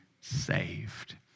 saved